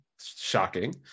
Shocking